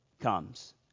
comes